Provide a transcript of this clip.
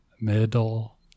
middle